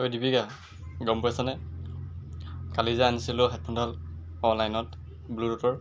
অই দীপিকা গম পাইছানে কালি যে আনিছিলোঁ হেডফোনডাল অনলাইনত ব্লুটুথৰ